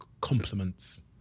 compliments